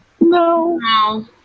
No